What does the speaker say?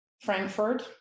frankfurt